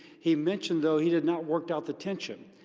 he mentioned, though, he had not worked out the tension.